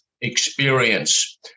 experience